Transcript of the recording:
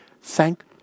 thank